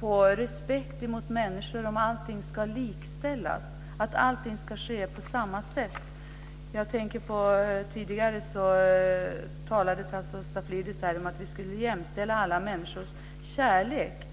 på respekt för människor om allting ska likställas, om allting ska ske på samma sätt. Tidigare talade Tasso Stafilidis om att vi skulle jämställa alla människors kärlek.